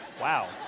Wow